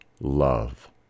love